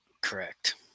Correct